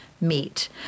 meet